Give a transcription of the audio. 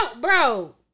bro